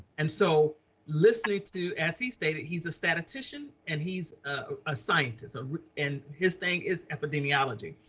and so listening to se stated he's a statistician and he's a scientist and his thing is epidemiology.